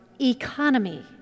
economy